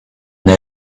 they